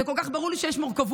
זה כל כך ברור לי שיש מורכבות,